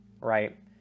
right